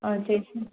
ஆ சரி சரி